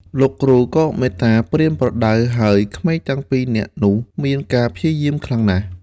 លោកគ្រូក៏មេត្តាប្រៀនប្រដៅ ហើយក្មេងទាំងពីរនាក់នោះមានការព្យាយាមខ្លាំងណាស់។